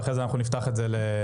ואחרי זה נפתח את זה לדיון.